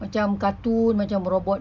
macam cartoon macam robot